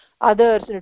others